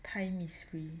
time is free